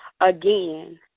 again